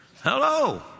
hello